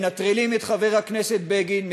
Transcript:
מנטרלים את חבר הכנסת בגין,